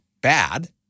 bad